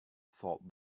thought